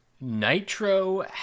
Nitro